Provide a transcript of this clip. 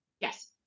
Yes